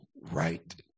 right